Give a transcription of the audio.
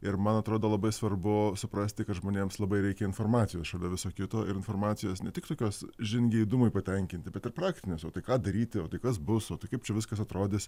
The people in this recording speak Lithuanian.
ir man atrodo labai svarbu suprasti kad žmonėms labai reikia informacijos šalia viso kito informacijos ne tik tokios žingeidumui patenkinti bet ir praktinės o tai ką daryti o tai kas bus o tai kaip čia viskas atrodys